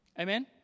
Amen